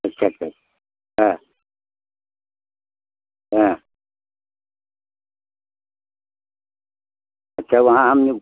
अच्छा अच्छा हाँ हाँ अच्छा वहाँ हम